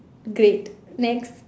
great next